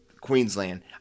Queensland